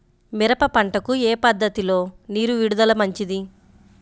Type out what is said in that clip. మిరప పంటకు ఏ పద్ధతిలో నీరు విడుదల మంచిది?